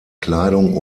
kleidung